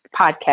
Podcast